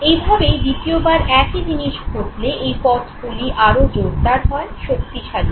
এইভাবেই দ্বিতীয়বার একই জিনিস ঘটলে এই পথগুলি আরও জোরদার হয় শক্তিশালী হয়